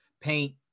paint